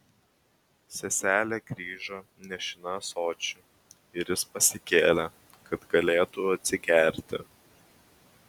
seselė grįžo nešina ąsočiu ir jis pasikėlė kad galėtų atsigerti